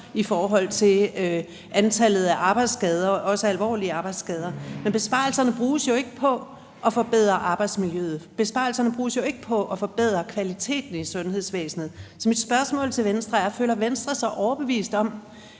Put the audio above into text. i forhold til antallet af arbejdsskader, også alvorlige arbejdsskader. Men besparelserne bruges jo ikke på at forbedre arbejdsmiljøet, og besparelserne bruges jo ikke på at forbedre kvaliteten i sundhedsvæsenet. Så mit spørgsmål til Venstre er: Føler Venstre sig overbevist om,